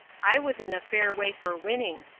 i was in a fair way for winning.